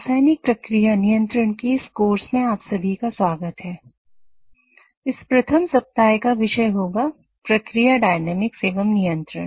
रासायनिक प्रक्रिया नियंत्रण एवं नियंत्रण